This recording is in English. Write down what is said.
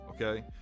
Okay